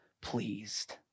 pleased